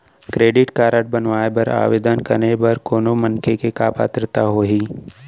Credit card बनवाए बर आवेदन करे बर कोनो मनखे के का पात्रता होही?